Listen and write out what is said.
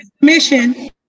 Mission